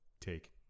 take